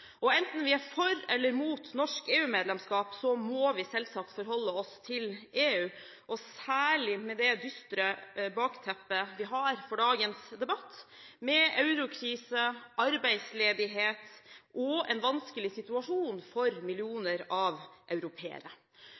her.» Enten vi er for eller imot norsk EU-medlemskap, må vi selvsagt forholde oss til EU – særlig med det dystre bakteppet vi har for dagens debatt, med eurokrise, arbeidsledighet og en vanskelig situasjon for millioner av europeere.